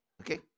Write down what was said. Okay